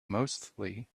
mostly